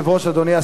אדוני השר,